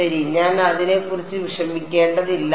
ശരി ഞാൻ അതിനെക്കുറിച്ച് വിഷമിക്കേണ്ടതില്ല